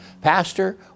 Pastor